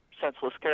senseless